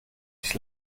sich